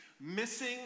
missing